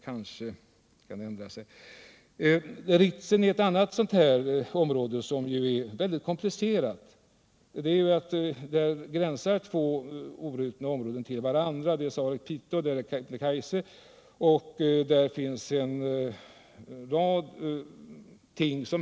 Ritsem är beteckningen på ett annat komplicerat område. Där gränsar två obrutna områden till varandra, Sarek-Piteå och Kebnekaise.